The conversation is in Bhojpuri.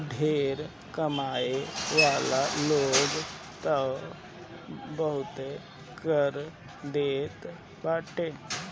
ढेर कमाए वाला लोग तअ बहुते कर देत बाटे